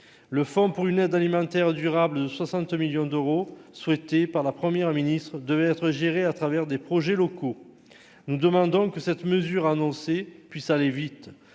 le fonds pour une aide alimentaire durable 60 millions d'euros, souhaitée par la Première ministre devait être gérés à travers des projets locaux, nous demandons que cette mesure annoncée puisse aller vite,